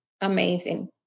amazing